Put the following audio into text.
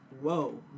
whoa